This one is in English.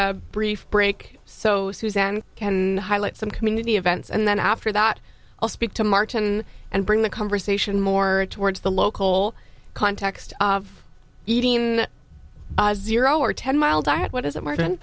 a brief break so suzanne can highlight some community events and then after that i'll speak to martin and bring the conversation more towards the local context of eating in zero or ten miles i had what is it m